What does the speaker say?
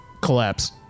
Collapse